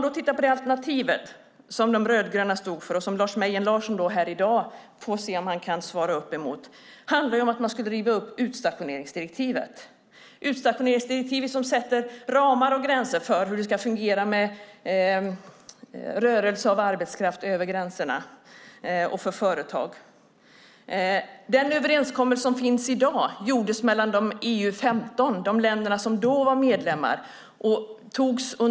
Det alternativ som De rödgröna stod för och som vi får se om Lars Mejern Larsson kan svara upp emot i dag handlade om att riva upp utstationeringsdirektivet. Detta direktiv sätter ramar och gränser för hur det ska fungera med rörelse av arbetskraft och företag över gränserna. Den överenskommelse som finns i dag gjordes mellan EU-15 - de länder som då var medlemmar.